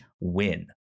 win